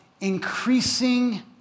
increasing